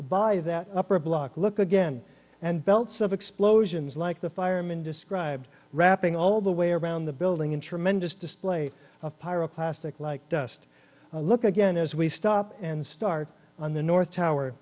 by that upper block look again and belts of explosions like the firemen described wrapping all the way around the building in tremendous display of pyro plastic like dust a look again as we stop and start on the north tower